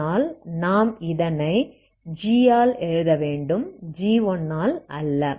ஆனால் நாம் இதனை gஆல் எழுத வேண்டும்g1 அல் அல்ல